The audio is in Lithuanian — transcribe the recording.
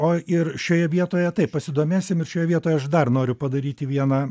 o ir šioje vietoje taip pasidomėsim ir šioje vietoje aš dar noriu padaryti vieną